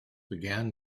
began